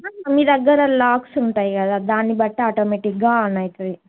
మీ దగ్గర లాక్స్ ఉంటాయి కదా దాన్ని బట్టి ఆటోమేటిక్గా ఆన్ అవుతుంది